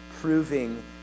proving